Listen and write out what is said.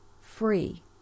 free